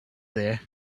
there